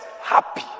happy